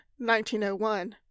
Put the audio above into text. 1901